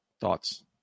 Thoughts